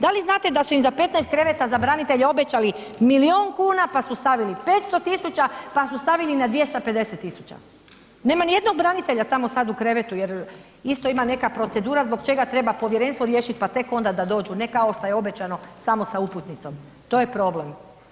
Da li znate da se i za 15 kreveta za branitelje obećali milijun kuna, pa su stavili 500.000,00 pa su stavili na 250.000,00 nema nijednog branitelja tamo sad u krevetu jer isto ima neka procedura zbog čega treba povjerenstvo riješit, pa tek onda da dođu, ne kao šta je obećano samo sa uputnicom, to je problem.